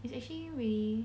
it's really